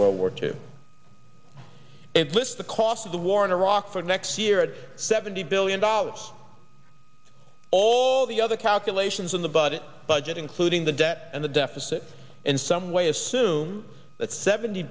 world war two and lift the cost of the war in iraq for next year at seventy billion dollars all the other calculations in the budget budget including the debt and the deficit in some way assume that seventy